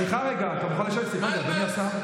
סליחה רגע, אדוני השר.